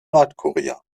nordkorea